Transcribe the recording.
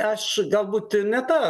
aš galbūt ir ne tą